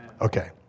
Okay